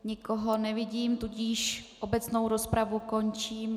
Nikoho nevidím, tudíž obecnou rozpravu končím.